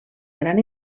gran